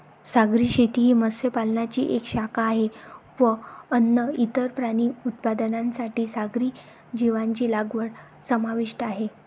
सागरी शेती ही मत्स्य पालनाची एक शाखा आहे व अन्न, इतर प्राणी उत्पादनांसाठी सागरी जीवांची लागवड समाविष्ट आहे